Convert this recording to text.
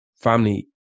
family